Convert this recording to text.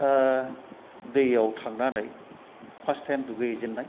दैयाव थांनानै first time दुगैहैजेनबा